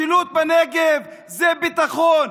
משילות בנגב זה ביטחון.